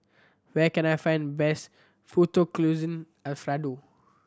where can I find best Fettuccine Alfredo